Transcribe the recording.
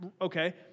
Okay